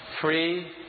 free